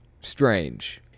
strange